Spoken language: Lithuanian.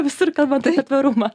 visur kalbant apie tvarumą